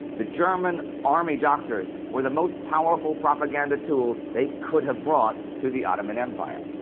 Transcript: the german army doctors were the most powerful propaganda tool they could have brought to the ottoman empire.